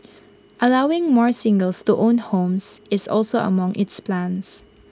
allowing more singles to own homes is also among its plans